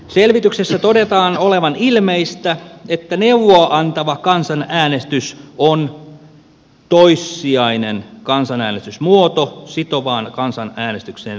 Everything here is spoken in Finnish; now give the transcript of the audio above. selvityksessä todetaan olevan ilmeistä että neuvoa antava kansanäänestys on toissijainen kansanäänestysmuoto sitovaan kansanäänestykseen verrattuna